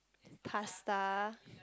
pasta